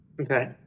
Okay